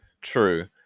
True